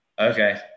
okay